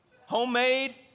Homemade